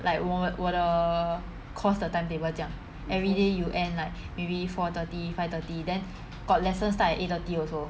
like 我我的 course 的 timetable 这样 everyday you end like maybe four thirty five thirty then got lesson start at eight thirty also